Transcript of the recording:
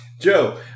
Joe